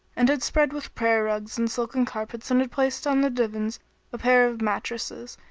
and had spread with prayer rugs and silken carpets and had placed on the divans a pair of mattresses,